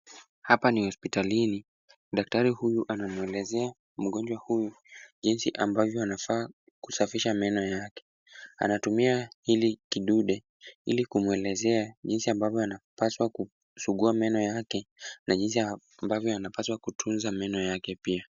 Hapa ni hospitalini, daktari huyu anamwelezea mgonjwa huyu jinsi anavyofaa kusafisha meno yake. Anatumia hili kidude ili kumwelezea jinsi ambavyo anapaswa kusugua meno yake na jinsi ambavyo anapaswa kutunza meno yake pia.